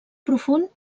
profund